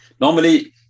normally